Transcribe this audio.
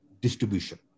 distribution